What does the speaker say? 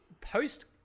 post